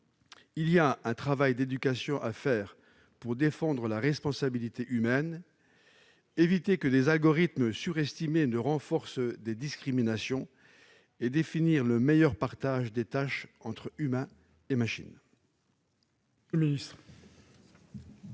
[...] un travail d'éducation à faire pour défendre la responsabilité humaine, éviter que des algorithmes surestimés ne renforcent des discriminations, et définir le meilleur partage des tâches entre humains et machines.